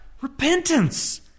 Repentance